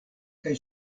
kaj